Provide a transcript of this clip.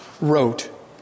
wrote